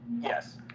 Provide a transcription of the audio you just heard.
Yes